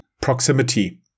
proximity